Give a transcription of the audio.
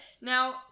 Now